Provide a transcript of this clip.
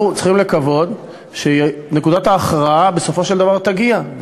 צריכים לקוות שנקודת ההכרעה בסופו של דבר תגיע,